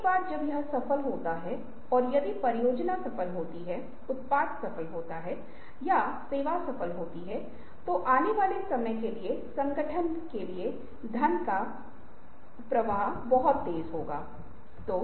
इसमें कुछ ऐसा हो सकता है जो उस जगह का माहौल बनाता है हो सकता है कि एक ड्रम हो और आपने हमें आइसक्रीम पैकेज कहा हो जो ड्रम की तरह दिखता है और आप इसे अंदर रख सकते हैं और यहां वे किंवदंतियां हो सकती हैं